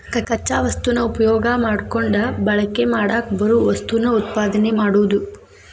ಕಚ್ಚಾ ವಸ್ತುನ ಉಪಯೋಗಾ ಮಾಡಕೊಂಡ ಬಳಕೆ ಮಾಡಾಕ ಬರು ವಸ್ತುನ ಉತ್ಪಾದನೆ ಮಾಡುದು